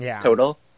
total